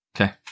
Okay